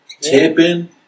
Tipping